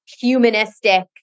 humanistic